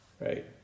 right